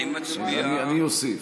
אני אוסיף